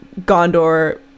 Gondor